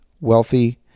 wealthy